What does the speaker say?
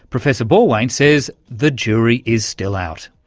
professor borwein says the jury is still out.